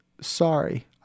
sorry